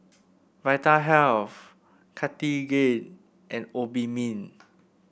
Vitahealth Cartigain and Obimin